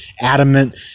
adamant